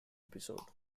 episode